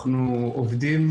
אנחנו עובדים,